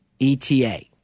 ETA